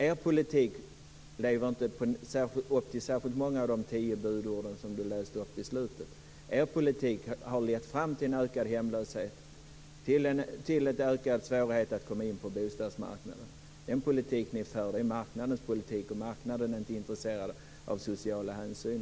Er politik lever inte upp till särskilt många av de tio budord som Ulla-Britt Hagström läste upp. Er poltik har lett fram till en ökad hemlöshet, till en ökad svårighet att komma in på bostadsmarknaden. Den politik ni för är marknadens politik. Marknaden är inte intresserad av sociala hänsyn.